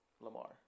Lamar